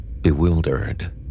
Bewildered